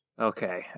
Okay